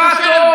פרובוקטור,